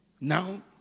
now